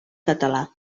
català